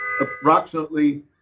approximately